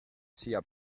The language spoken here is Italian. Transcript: sia